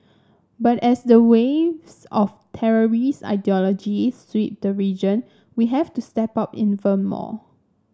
but as the waves of terrorist ideology sweep the region we have to step up even more